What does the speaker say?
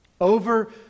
Over